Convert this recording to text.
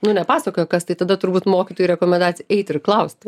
nu nepasakoja kas tai tada turbūt mokytojų rekomendacija eit ir klaust